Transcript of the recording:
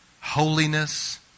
holiness